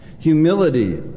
Humility